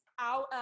out